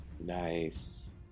Nice